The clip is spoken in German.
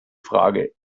frage